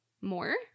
more